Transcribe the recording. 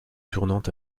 tournant